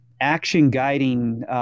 action-guiding